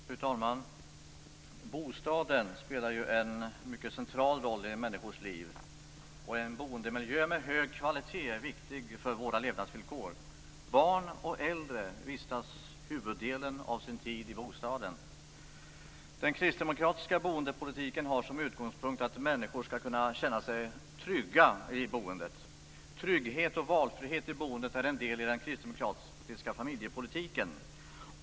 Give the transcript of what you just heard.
Fru talman! Bostaden spelar en mycket central roll i människors liv, och en boendemiljö med hög kvalitet är viktig för våra levnadsvillkor. Barn och äldre vistas huvuddelen av sin tid i bostaden. Den kristdemokratiska boendepolitiken har som utgångspunkt att människor skall kunna känna sig trygga i boendet. Trygghet och valfrihet i boendet är en del i den kristdemokratiska familjepolitiken.